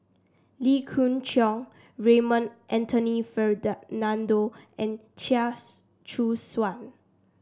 Lee Khoon Choy Raymond Anthony and Chia Choo Suan